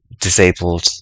disabled